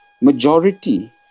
majority